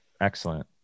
Excellent